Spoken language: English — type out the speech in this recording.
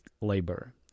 labor